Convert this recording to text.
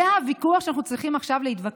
זה הוויכוח שאנחנו צריכים עכשיו לנהל?